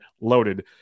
loaded